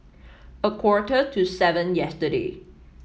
a quarter to seven yesterday